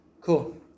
Cool